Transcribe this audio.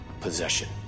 Possession